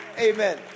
Amen